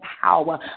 power